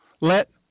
Let